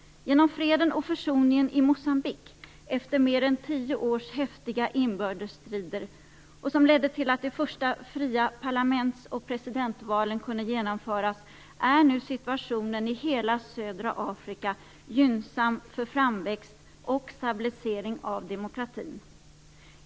Genom freden och försoningen i Moçambique efter mer än tio års häftiga inbördesstrider och som ledde till att de första fria parlaments och presidentvalen kunde genomföras är nu situationen i hela södra Afrika gynnsam för framväxt och stabilisering av demokratin.